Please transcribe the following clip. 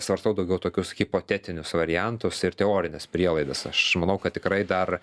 svarstau daugiau tokius hipotetinius variantus ir teorines prielaidas aš manau kad tikrai dar